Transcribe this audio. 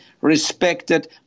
respected